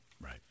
Right